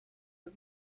the